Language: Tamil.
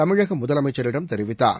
தமிழக முதலமைச்சரிடம் தெரிவித்தார்